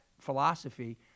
philosophy